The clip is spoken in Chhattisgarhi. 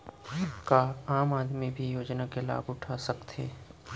का आम आदमी भी योजना के लाभ उठा सकथे?